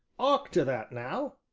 hark to that now.